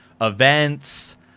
events